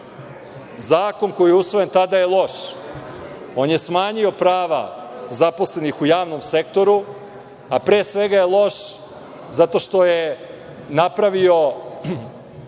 koji je usvojen tada je loš, on je smanjio prava zaposlenih u javnom sektoru, a pre svega je loš zato što je napravio